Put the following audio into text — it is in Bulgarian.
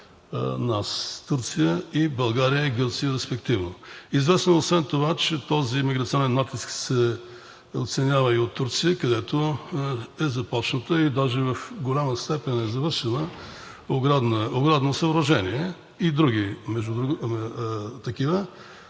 нас, Турция, България и Гърция респективно. Известно е освен това, че този миграционен натиск се оценява и от Турция, където е започнато, даже в голяма степен е завършено оградно съоръжение и други такива,